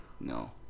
No